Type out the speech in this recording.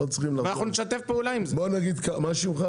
לא יכול להיות שאנחנו נתחיל את המהלך